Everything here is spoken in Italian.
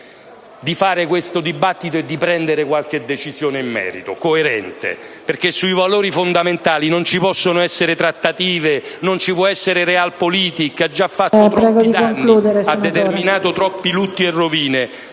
di fare questo dibattito e di prendere qualche decisione coerente in merito. Sui valori fondamentali non ci possono essere trattative, non ci può essere *realpolitik*: ha già fatto troppi danni, ha causato troppi lutti e rovine.